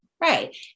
Right